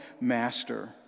master